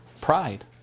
Pride